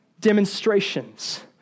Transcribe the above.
demonstrations